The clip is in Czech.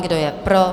Kdo je pro?